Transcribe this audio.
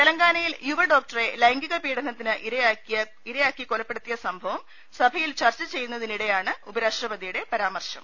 തെല ങ്കാനയിൽ യുവ ഡോക്ടറെ ലൈംഗിക പീഡനത്തിന് ഇരയാക്കി കൊലപ്പെടുത്തിയ സംഭവം സഭയിൽ ചർച്ച ചെയ്യുന്നതിനിടെ യാണ് ഉപരാഷ്ട്രപതിയുടെ പരാമർശം